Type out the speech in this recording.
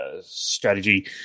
strategy